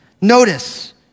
Notice